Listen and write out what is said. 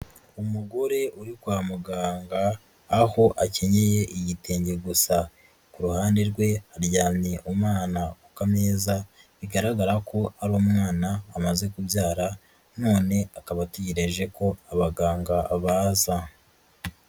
Umugore uri kwa muganga aho akenyeye igitenge gusa, ku ruhande rwe haryamye umwana ku kameza, bigaragara ko ari umwana amaze kubyara, none akaba ategereje ko abaganga baza.